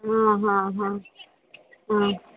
हा हा ह